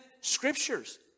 scriptures